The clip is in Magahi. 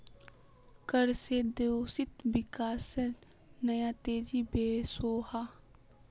कर से देशोत विकासेर नया तेज़ी वोसोहो